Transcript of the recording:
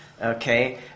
Okay